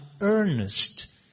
earnest